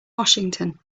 washington